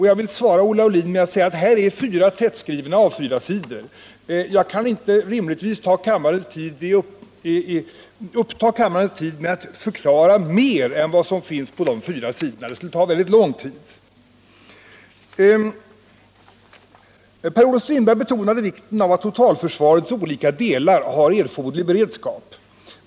Jag har här fyra tättskrivna A 4-sidor. Rimligtvis kan jag inte uppta kammarens tid med att förklara vad som finns på dessa fyra sidor. Detta skulle ta mycket lång tid. Per-Olof Strindberg betonade vikten av att det totala försvarets olika delar har erforderlig beredskap.